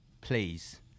Please